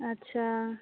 ଆଚ୍ଛା